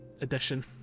edition